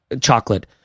chocolate